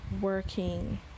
working